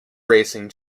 racing